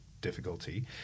difficulty